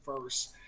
first